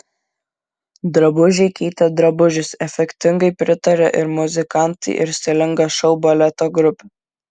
drabužiai keitė drabužius efektingai pritarė ir muzikantai ir stilinga šou baleto grupė